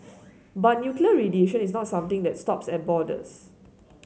but nuclear radiation is not something that stops at borders